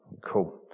Cool